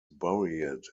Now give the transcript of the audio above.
buried